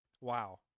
Wow